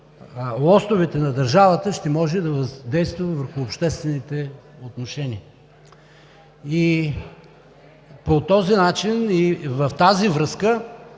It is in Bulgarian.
лостовете на държавата, ще може да въздейства върху обществените отношения. По този начин и в тази връзка